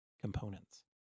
components